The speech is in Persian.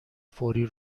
فوری